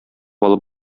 алып